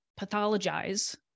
pathologize